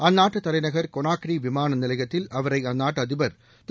அந்நாட்டு தலைநகர் கொனாக்ரி விமான நிலையத்தில் அவரை அந்நாட்டு அதிபர் திரு